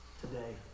today